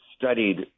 studied